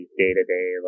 day-to-day